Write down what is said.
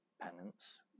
penance